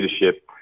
leadership